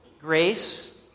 Grace